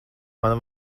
man